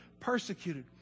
persecuted